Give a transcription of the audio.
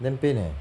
damn pain eh